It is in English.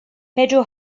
pedro